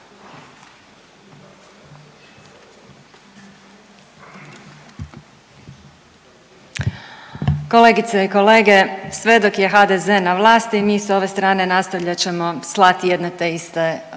Kolegice i kolege. Sve dok je HDZ na vlasti mi s ove strane nastavljat ćemo slat jedne te iste poruke